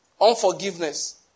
Unforgiveness